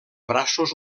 braços